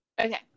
Okay